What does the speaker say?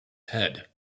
head